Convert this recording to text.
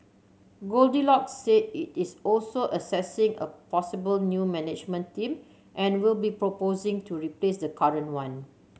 goldilocks said it is also assessing a possible new management team and will be proposing to replace the current one